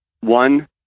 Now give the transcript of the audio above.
One